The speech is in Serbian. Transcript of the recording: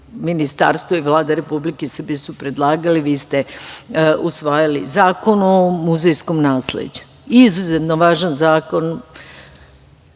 Ministarstvo i Vlada Republike Srbije su predlagali, vi ste usvajali, Zakon o muzejskom nasleđu. Izuzetno važan zakon.